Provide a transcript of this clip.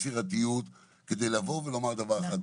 יצירתיות כדי לבוא ולומר דבר אחד,